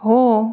हो